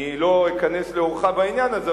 אני לא אכנס לרוחב העניין הזה,